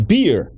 Beer